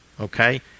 okay